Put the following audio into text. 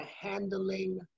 handling